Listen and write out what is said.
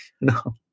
No